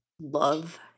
love